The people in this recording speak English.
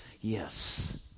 yes